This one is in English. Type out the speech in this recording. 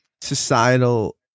societal